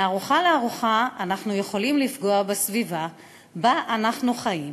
מארוחה לארוחה אנחנו יכולים לפגוע בסביבה שבה אנחנו חיים,